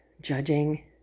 judging